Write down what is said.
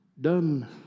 done